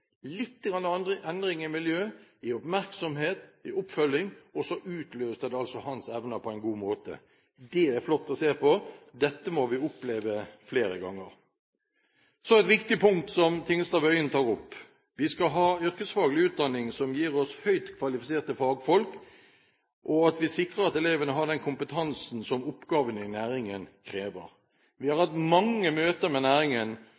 endring i miljø, i oppmerksomhet, i oppfølging – og så utløste det altså hans evner på en god måte. Det er flott å se på – dette må vi oppleve flere ganger. Så til et viktig punkt som Tingelstad Wøien tar opp. Vi skal ha yrkesfaglig utdanning som gir oss høyt kvalifiserte fagfolk, og vi skal sikre at elevene har den kompetansen som oppgavene i næringen krever. Vi har hatt mange møter med